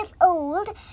old